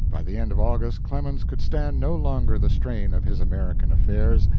by the end of august clemens could stand no longer the strain of his american affairs,